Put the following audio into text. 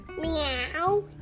Meow